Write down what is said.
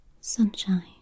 Sunshine